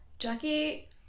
jackie